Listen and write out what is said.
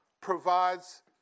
provides